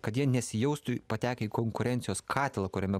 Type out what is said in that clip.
kad jie nesijaustų patekę į konkurencijos katilą kuriame